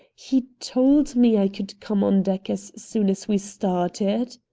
he told me i could come on deck as soon as we started.